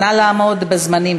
נא לעמוד בזמנים.